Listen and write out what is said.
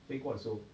飞过 so